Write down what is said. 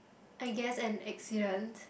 I guess an accident